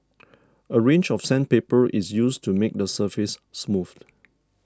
a range of sandpaper is used to make the surface smooth